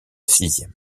sixième